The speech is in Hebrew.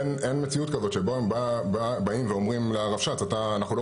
אין מציאות כזאת שבאים ואומרים, אנחנו לא